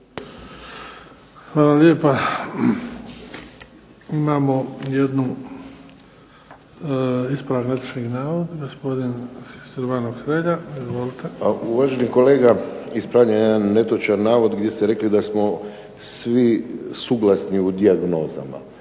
Hvala lijepa. Imamo jednu ispravak netočnog navoda, gospodin Silvano Hrelja. **Hrelja, Silvano (HSU)** Pa uvaženi kolega, ispravljam jedan netočan navod gdje ste rekli da smo svi suglasni u dijagnozama.